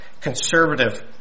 conservative